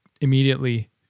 immediately